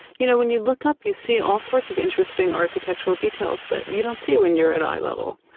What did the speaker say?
you know when you look up, you see all sorts of interesting architectural details that you don't see when you're at eye level.